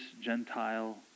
Gentile